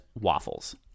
waffles